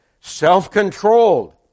self-controlled